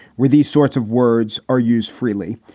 were these sorts of words are used freely.